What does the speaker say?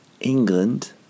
England